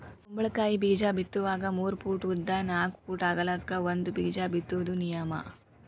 ಕುಂಬಳಕಾಯಿ ಬೇಜಾ ಬಿತ್ತುವಾಗ ಮೂರ ಪೂಟ್ ಉದ್ದ ನಾಕ್ ಪೂಟ್ ಅಗಲಕ್ಕ ಒಂದ ಬೇಜಾ ಬಿತ್ತುದ ನಿಯಮ